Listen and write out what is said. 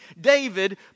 David